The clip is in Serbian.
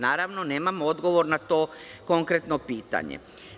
Naravno, nemamo odgovor na to konkretno pitanje.